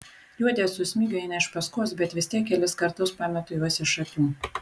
juodė su smigiu eina iš paskos bet vis tiek kelis kartus pametu juos iš akių